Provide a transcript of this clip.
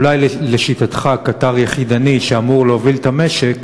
אולי לשיטתך קטר יחידני שאמור להוביל את המשק,